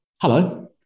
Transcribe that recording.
Hello